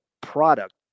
product